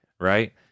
Right